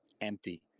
empty